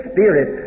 Spirit